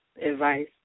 advice